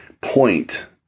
point